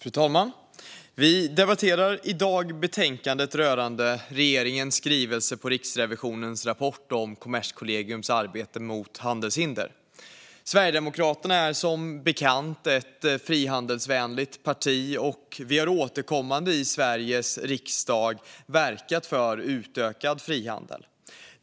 Fru talman! Vi debatterar i dag betänkandet rörande regeringens skrivelse angående Riksrevisionens rapport om Kommerskollegiums arbete mot handelshinder. Sverigedemokraterna är som bekant ett frihandelsvänligt parti, och vi har återkommande i Sveriges riksdag verkat för utökad frihandel.